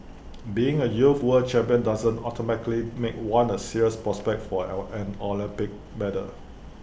being A youth world champion doesn't automatically make one A serious prospect for L an Olympic medal